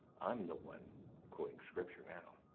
i'm the one quoting scripture now,